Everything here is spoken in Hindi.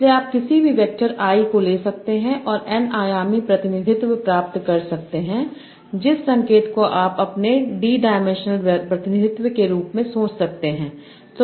इसलिए आप किसी भी वेक्टर i को ले सकते हैं और N आयामी प्रतिनिधित्व प्राप्त कर सकते हैं और जिस संकेत को आप अपने डी डायमेंशनल प्रतिनिधित्व के रूप में भी सोच सकते हैं